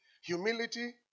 humility